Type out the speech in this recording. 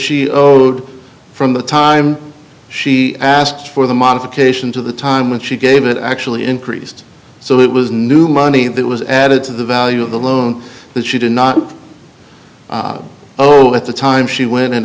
she owed from the time she asked for the modification to the time when she gave it actually increased so it was new money that was added to the value of the loan that she did not owe at the time she went and